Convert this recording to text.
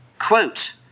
Quote